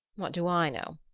what do i know?